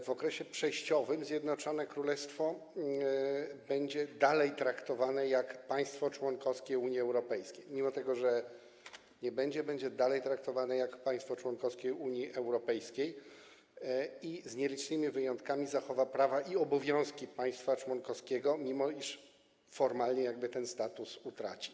W okresie przejściowym Zjednoczone Królestwo będzie dalej traktowane jak państwo członkowskie Unii Europejskiej, mimo że nim nie będzie, będzie dalej traktowane jak państwo członkowskie Unii Europejskiej i, z nielicznymi wyjątkami, zachowa prawa i obowiązki państwa członkowskiego, mimo iż formalnie ten status utraci.